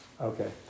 okay